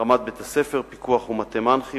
רמת בית-הספר, פיקוח ומטה מנח"י.